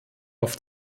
auf